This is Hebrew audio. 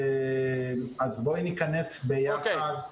אז בואי ניכנס ביחד,